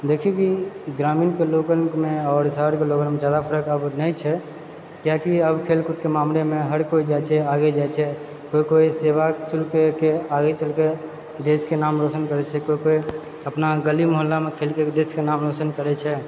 जैसेकि ग्रामीणकेंँ लोकमे आओर शहरके लोकमे ज्यादा फर्क आब नहि छै किआकि आब खेलकूदके मामलामे आब हरकोइ जायछे आगे जाइ छै केओ केओ सेवा शुल्कके आगे चलके देशके नाम रोशन करैछे केओ केओ अपना गली मोहल्लामे खेलिके देशके नाम रोशन करैछे